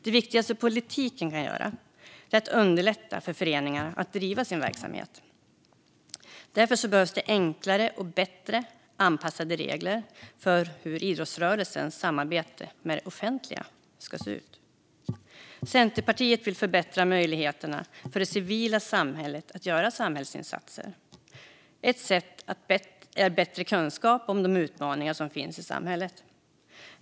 Det viktigaste politiken kan göra är att underlätta för föreningar att bedriva sin verksamhet. Därför behövs det enklare och bättre anpassade regler för hur idrottsrörelsens samarbete med det offentliga ska se ut. Centerpartiet vill förbättra möjligheterna för det civila samhället att göra samhällsinsatser. Ett sätt handlar om bättre kunskap om de utmaningar som finns i samhället.